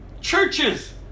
Churches